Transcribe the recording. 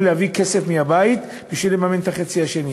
להביא כסף מהבית בשביל לממן את החצי השני.